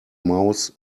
mouse